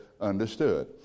understood